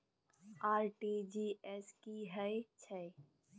RTG S की है छै?